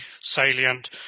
salient